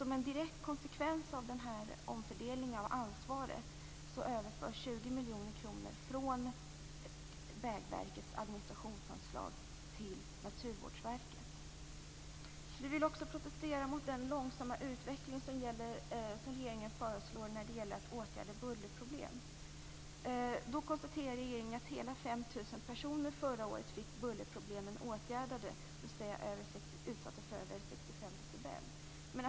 Som en direkt konsekvens av omfördelningen av ansvaret överförs 20 miljoner kronor från Vägverkets administrationsanslag till Naturvårdsverket. Vi vill också protestera mot den långsamma utveckling som regeringen föreslår för att åtgärda bullerproblem. Regeringen konstaterar att 5 000 personer fick bullerproblem åtgärdade förra året, dvs. de som var utsatta för buller över 65 decibel.